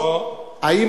האם